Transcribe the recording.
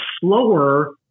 slower